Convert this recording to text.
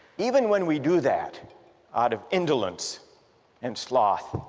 even when we do that out of indolence and sloth,